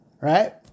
right